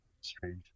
strange